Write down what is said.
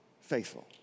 faithful